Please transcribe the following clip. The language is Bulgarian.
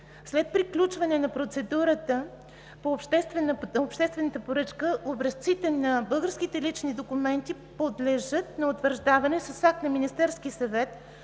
След приключване на процедурата по обществената поръчка образците на български лични документи подлежат на утвърждаване с акт на Министерския съвет